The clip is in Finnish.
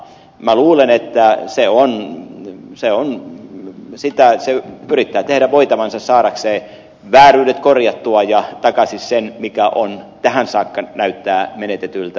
minä luulen että se on se oli sitä komissio yrittää tehdä voitavansa saadakseen vääryydet korjattua ja takaisin sen mikä on tähän saakka näyttänyt menetetyltä